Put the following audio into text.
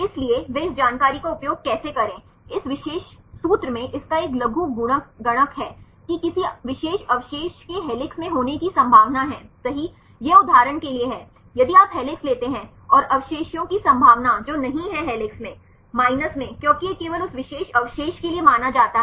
इसलिए वे इस जानकारी का उपयोग कैसे करें इस विशेष सूत्र में इस का एक लघुगणक है कि किसी विशेष अवशेष के हेलिक्स में होने की संभावना है सही यह उदाहरण के लिए है यदि आप हेलिक्स लेते हैं और अवशेषों की संभावना जो नहीं है हेलिक्स मै माइनस में क्योंकि यह केवल उस विशेष अवशेष के लिए माना जाता है